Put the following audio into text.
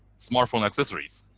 smartphone accessories.